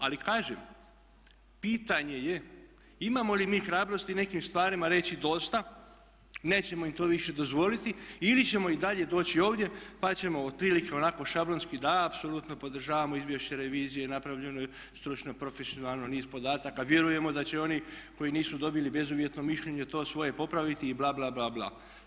Ali kažem pitanje je imamo li mi hrabrosti nekim stvarima reći dosta, nećemo im to više dozvoliti, ili ćemo i dalje doći ovdje pa ćemo otprilike onako šablonski da apsolutno podržavamo izvješće revizije, napravljeno je stručno, profesionalno, niz podataka, vjerujemo da će oni koji nisu dobili bezuvjetno mišljenje to svoje popraviti i bla, bla, bla.